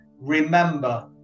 remember